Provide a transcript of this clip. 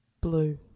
Blue